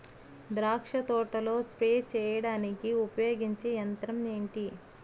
ద్రాక్ష తోటలో స్ప్రే చేయడానికి ఉపయోగించే యంత్రం ఎంటి?